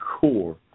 core